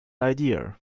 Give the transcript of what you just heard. idea